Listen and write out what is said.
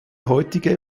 heutige